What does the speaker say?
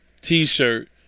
T-shirt